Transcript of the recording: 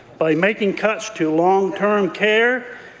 by making cuts to long-term care,